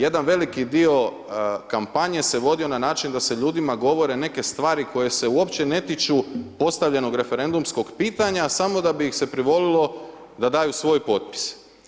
Jedan veliki dio kampanje se vodio na način da se ljudima govore neke stvari koje se uopće ne tiču postavljenog referendumskog pitanja, samo da bi ih se privolilo da daju svoj potpis.